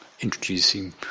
introducing